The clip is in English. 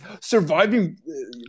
Surviving